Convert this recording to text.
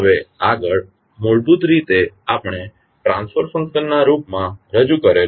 હવે આગળ મૂળભૂત રીતે આપણે ટ્રાંસફર ફંકશન ના રૂપ માં રજૂ કરેલુ છે